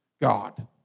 God